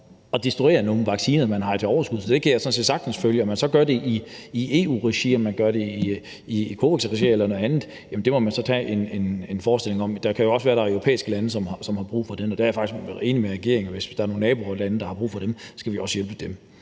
at destruere nogle vacciner, man har i overskud. Så det kan jeg sådan set sagtens følge. Om man så gør det i EU-regi, eller om man gør det i COVAX-regi eller noget andet, må man så tage en diskussion om. Det kan også være, at der er europæiske lande, som har brug for det, og der er jeg faktisk enig med regeringen i, at hvis der er nogle nabolande, der har brug for det, skal vi også hjælpe dem.